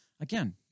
Again